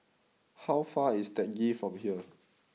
how far is Teck Ghee from here